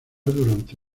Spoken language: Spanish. durante